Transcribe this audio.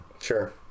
sure